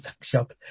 shop